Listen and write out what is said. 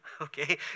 okay